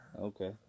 Okay